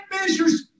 measures